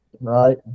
right